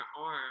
arm